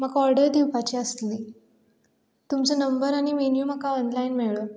म्हाका ऑर्डर दिवपाची आसली तुमचो नंबर आनी मेन्यू म्हाका ऑनलायन मेळ्ळो